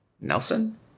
Nelson